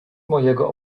mojego